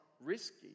risky